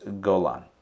Golan